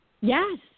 Yes